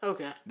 Okay